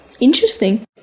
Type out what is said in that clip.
Interesting